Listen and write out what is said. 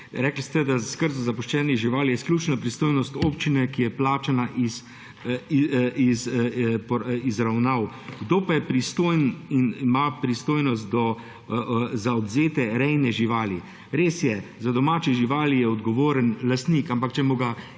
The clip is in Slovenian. Rekli ste, da skrb zapuščenih živali je izključno pristojnost občine, ki je plačana iz izravnav. Kdo pa je pristojen in ima pristojnost za odvzete rejne živali? Res je, za domače živali je odgovoren lastnik, ampak če mu ga